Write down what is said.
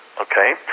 okay